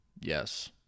Yes